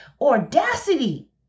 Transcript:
audacity